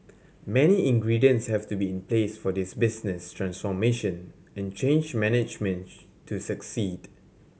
many ingredients have to be in place for this business transformation and change management to succeed